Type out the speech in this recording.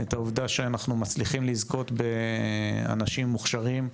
את העובדה שאנחנו מצליחים לזכות באנשים מוכשרים,